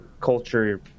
culture